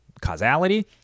causality